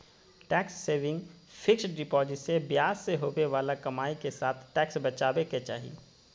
tax saving fixed deposit से ब्याज से होवे बाला कमाई के साथ टैक्स बचाबे के चाही